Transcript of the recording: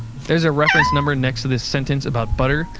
there's a reference number next to this sentence about butter,